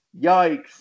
yikes